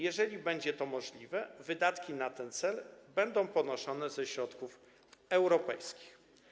Jeżeli będzie to możliwe, wydatki na ten cel będą ponoszone ze środków europejskich.